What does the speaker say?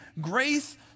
grace